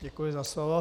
Děkuji za slovo.